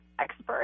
expert